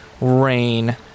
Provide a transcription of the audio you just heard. rain